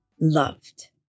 loved